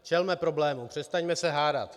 Čelme problémům, přestaňme se hádat.